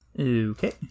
Okay